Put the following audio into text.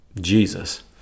Jesus